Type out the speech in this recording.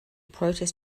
protest